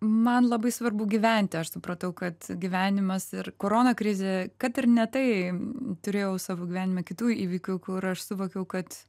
man labai svarbu gyventi aš supratau kad gyvenimas ir korona krizė kad ir ne tai turėjau savo gyvenime kitų įvykių kur aš suvokiau kad